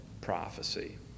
prophecy